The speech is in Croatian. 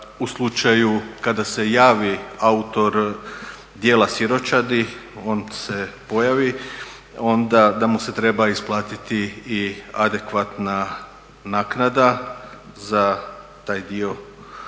u slučaju kada se javi autor djela siročadi on se pojavi, onda da mu se treba isplatiti i adekvatna naknada za taj dio djela.